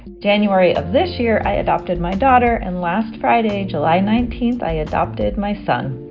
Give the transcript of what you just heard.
january of this year, i adopted my daughter. and last friday, july nineteen, i adopted my son.